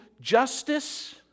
justice